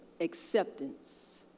acceptance